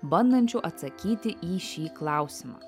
bandančių atsakyti į šį klausimą